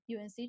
UNC